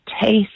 taste